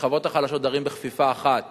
והשכבות החלשות גרים בכפיפה אחת